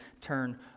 turn